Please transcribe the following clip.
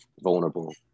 vulnerable